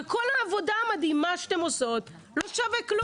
וכל העבודה המדהימה שאתן עושות לא שווה כלום.